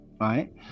right